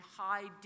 high